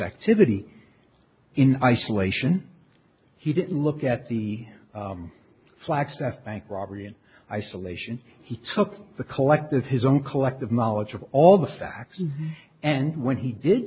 activity in isolation he didn't look at the flagstaff bank robbery in isolation he took the collective his own collective knowledge of all the facts and when he did